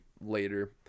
later